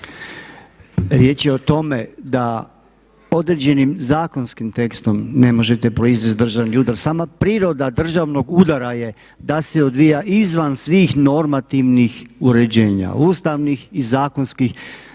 Riječ je o tome da određenim zakonskim tekstom ne možete proizvesti državni udar, sama priroda državnog udara je da se odvija izvan svih normativnih uređenja, ustavnih i zakonskih.